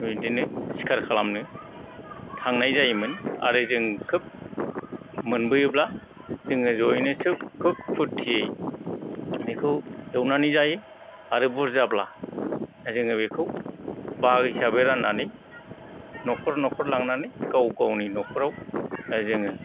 बिदिनो सिखार खालामनो थांनाय जायोमोन आरो जों खोब मोनबोयोब्ला जोङो ज'यैनो सोब खोब फुरथियै बेखौ एवनानै जायो आरो बुरजाब्ला जोङो बेखौ बाहागो हिसाबै राननानै न'खर न'खर लांनानै गाव गावनि न'खराव जोङो